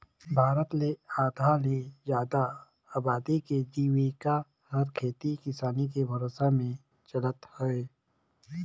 भारत ले आधा ले जादा अबादी के जिविका हर खेती किसानी के भरोसा में चलत हे